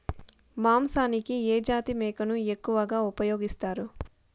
మాంసానికి ఏ జాతి మేకను ఎక్కువగా ఉపయోగిస్తారు?